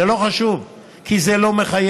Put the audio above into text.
זה לא חשוב, כי זה לא מחייב.